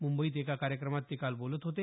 मुंबईत एका कार्यक्रमात ते काल बोलत होते